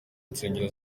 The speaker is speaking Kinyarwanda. nsengero